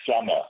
summer